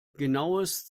genaues